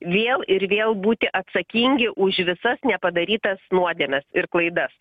vėl ir vėl būti atsakingi už visas nepadarytas nuodėmes ir klaidas